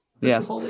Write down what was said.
Yes